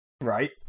Right